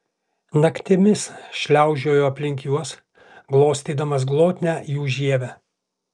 naktimis šliaužiojo aplink juos glostydamas glotnią jų žievę